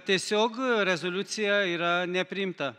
tiesiog rezoliucija yra nepriimta